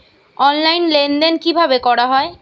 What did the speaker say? Online লেনদেন কিভাবে করা হয়?